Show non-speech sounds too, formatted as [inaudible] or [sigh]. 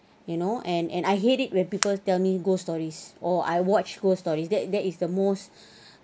you know and and I hate it when people tell me ghost stories or I watch ghost stories that that is the most [breath]